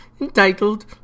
entitled